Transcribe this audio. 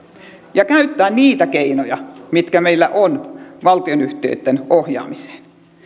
ja käyttää niitä keinoja mitkä meillä on valtionyhtiöitten ohjaamiseen